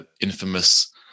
infamous